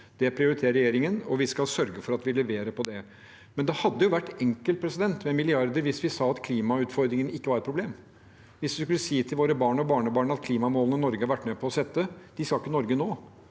Det prioriterer regjeringen, og vi skal sørge for at vi leverer på det. Men det hadde jo vært enkelt med milliarder hvis vi sa at klimautfordringene ikke var et problem. Hvis vi skulle si til våre barn og barnebarn at klimamålene Norge har vært med på å sette, skal ikke Norge nå,